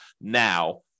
now